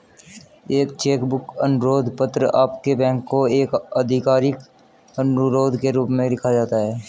एक cheque book अनुरोध पत्र आपके बैंक को एक आधिकारिक अनुरोध के रूप में लिखा जाता है